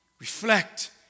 Reflect